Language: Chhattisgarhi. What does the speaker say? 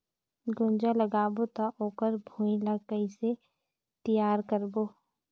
गुनजा लगाबो ता ओकर भुईं ला कइसे तियार करबो?